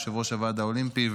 יושבת-ראש הוועד האולימפי,